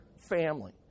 family